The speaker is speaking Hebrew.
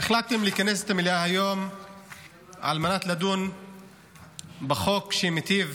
החלטתם לכנס את המליאה היום על מנת לדון בחוק שמיטיב